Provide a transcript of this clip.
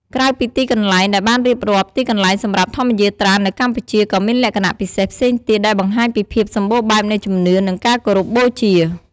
ក្រៅពីទីកន្លែងដែលបានរៀបរាប់ ទីកន្លែងសម្រាប់ធម្មយាត្រានៅកម្ពុជាក៏មានលក្ខណៈពិសេសផ្សេងទៀត ដែលបង្ហាញពីភាពសម្បូរបែបនៃជំនឿ និងការគោរពបូជា។